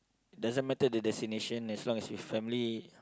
doesn't matter the destination as long as with family